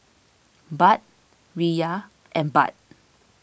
Baht Riyal and Baht